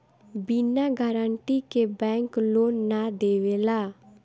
बिना गारंटी के bank loan ना देवेला